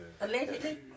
allegedly